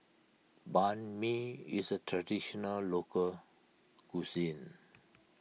Banh Mi is a Traditional Local Cuisine